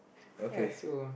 okay